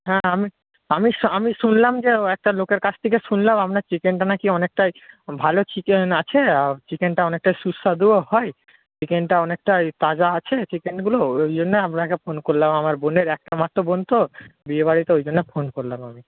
হ্যাঁ আমি আমি আমি শুনলাম যে একটা লোকের কাছ থেকে শুনলাম আপনার চিকেনটা না কি অনেকটাই ভালো চিকেন আছে চিকেনটা অনেকটাই সুস্বাদুও হয় চিকেনটা অনেকটাই তাজা আছে চিকেনগুলো ওই জন্যে আপনাকে ফোন করলাম আমার বোনের একটা মাত্র বোন তো বিয়েবাড়ি তো ওই জন্য ফোন করলাম আমি